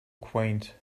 quaint